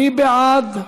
מי בעד?